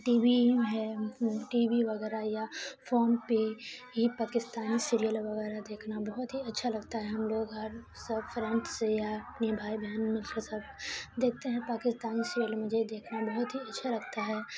T V ہے TV وغیرہ یا فون پہ یہ پاکستانی سیریل وغیرہ دیکھنا بہت ہی اچھا لگتا ہے ہم لوگ ہر سب فرینڈس یا اپنے بھائی بہن مل کے سب دیکھتے ہیں پاکستانی سیریل مجھے دیکھنا بہت ہی اچھا لگتا ہے